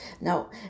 Now